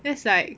that's like